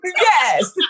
Yes